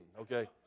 Okay